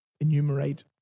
enumerate